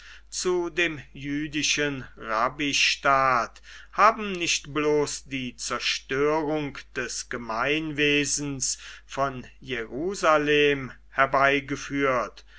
zu dem jüdischen rabbistaat haben nicht bloß die zerstörung des gemeinwesens von jerusalem herbeigeführt